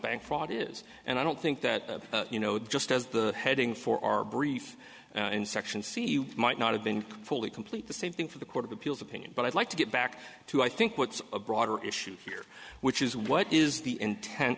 bank fraud is and i don't think that you know just as the heading for our brief in section c you might not have been fully complete the same thing for the court of appeals opinion but i'd like to get back to i think what's a broader issue here which is what is the intent